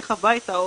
תלך הביתה,